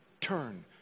turn